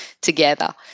together